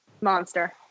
monster